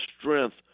strength